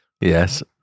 Yes